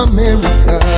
America